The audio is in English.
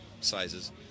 sizes